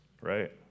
Right